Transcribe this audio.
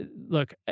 look